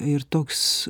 ir toks